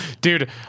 Dude